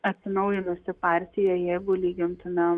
atsinaujinusi partija jeigu lygintumėm